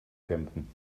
kämpfen